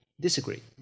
disagree